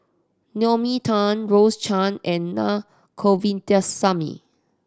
Naomi Tan Rose Chan and Na Govindasamy